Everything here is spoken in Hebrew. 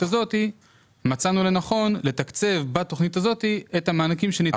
הזאת מצאנו לנכון לתקצב בתכנית הזאת את המענקים שניתנים מרשות המסים.